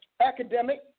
academic